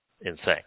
insane